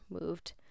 moved